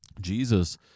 Jesus